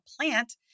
plant